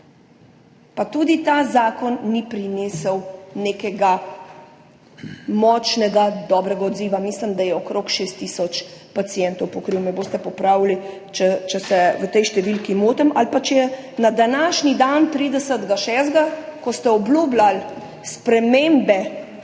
Pa tudi ta zakon ni prinesel nekega močnega, dobrega odziva. Mislim, da je okrog 6 tisoč pacientov pokril, me boste popravili, če se v tej številki motim. Na današnji dan, 30. 6., ko ste obljubljali spremembe,